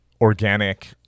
organic